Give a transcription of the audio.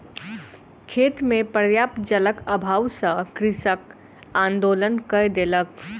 खेत मे पर्याप्त जलक अभाव सॅ कृषक आंदोलन कय देलक